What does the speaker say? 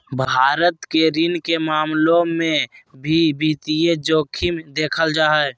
भारत मे ऋण के मामलों मे भी वित्तीय जोखिम देखल जा हय